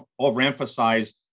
overemphasize